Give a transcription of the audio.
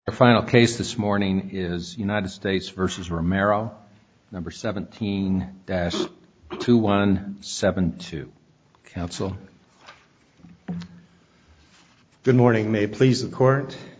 the final case this morning is united states versus remeron number seventeen das two one seven two counsel good morning may please the court